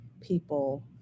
people